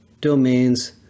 domains